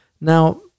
Now